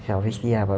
ya obviously lah